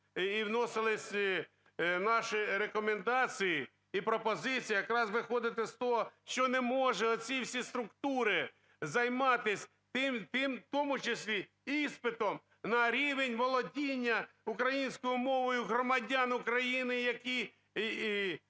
вносились наші рекомендації і пропозиції, якраз виходити з того, що не можуть оці всі структури займатись в тому числі іспитом на рівень володіння українською мовою громадян України, які